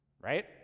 right